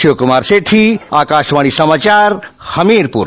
शिवकुमार सेठी आकाशवाणी समाचार हमीरपर